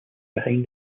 behind